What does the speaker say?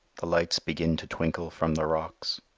the lights begin to twinkle from the rocks.